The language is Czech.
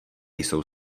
jsou